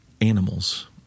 animals